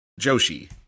joshi